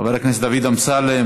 חבר הכנסת דוד אמסלם,